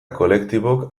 kolektibok